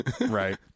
right